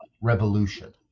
revolution